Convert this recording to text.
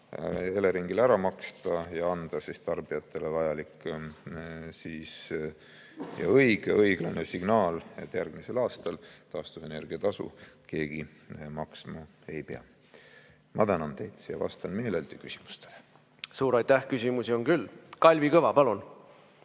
Eleringile ära maksta ja anda tarbijatele vajalik õiglane signaal, et järgmisel aastal taastuvenergia tasu keegi maksma ei pea. Ma tänan teid ja vastan meeleldi küsimustele. Suur aitäh! Küsimusi on küll. Kalvi Kõva, palun!